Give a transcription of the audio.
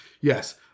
Yes